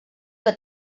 que